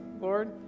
Lord